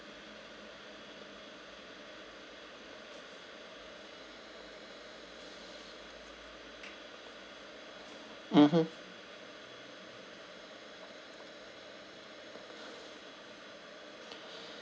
mmhmm